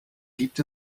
gibt